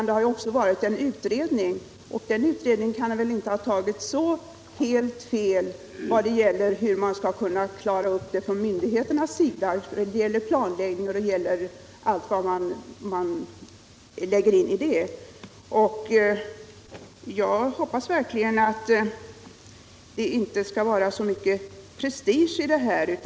Det har också skett en utredning, som inte kan ha tagit så helt fel när det gäller myndigheternas planläggning och allt vad man däri kan lägga in. Jag hoppas verkligen att det inte skall vara så mycket prestige i denna fråga.